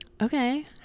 Okay